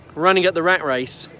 running at the rat race.